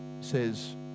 says